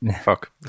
Fuck